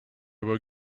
were